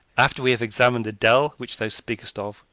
after we have examined the dell which thou speakest of,